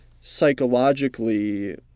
psychologically